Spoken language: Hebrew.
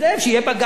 שיהיה בג"ץ,